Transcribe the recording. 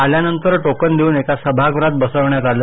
आल्यानंतर टोकन देऊन एका सभागृहात बसवण्यात आलं